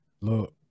Look